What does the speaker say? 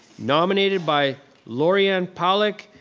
nominated by lorianne pollock,